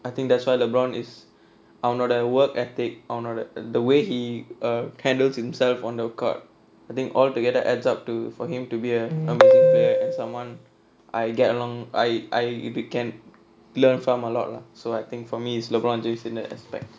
I think that's why lebron is அவனோட:avanoda work ethic அவனோட:avanoda the way he err handle himself on the court I think altogether adds up to for him to be a fair and someone I get along I I if you can learn from a lot lah so I think for me is lebron james in that aspect